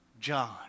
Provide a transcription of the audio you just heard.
John